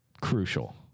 crucial